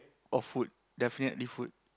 or food definitely food